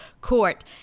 court